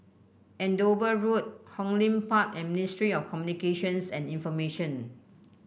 Andover Road Hong Lim Park and Ministry of Communications and Information